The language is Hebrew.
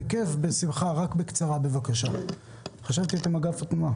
אני מחטיבת התביעות.